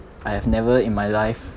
I have never in my life